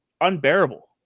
unbearable